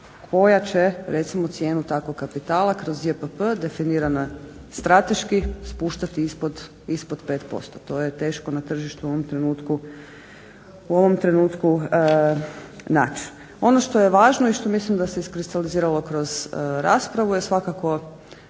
koja će recimo cijenu takvog kapitala kroz JPP definirana strateški spuštati ispod 5%. To je teško na tržištu u ovom trenutku naći. Ono što je važno i što mislim da se iskristaliziralo kroz raspravu je svakako